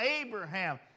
Abraham